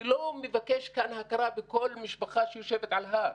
אני לא מבקש כאן הכרה בכל משפחה שיושבת על הר.